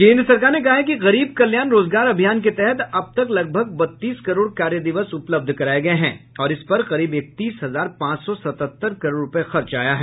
केंद्र सरकार ने कहा है कि गरीब कल्याण रोजगार अभियान के तहत अब तक लगभग बत्तीस करोड़ कार्य दिवस उपलब्ध कराए गए हैं और इस पर करीब इकतीस हजार पांच सौ सतहत्तर करोड़ रुपये खर्च आया है